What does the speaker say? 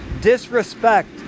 disrespect